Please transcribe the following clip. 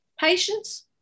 Patience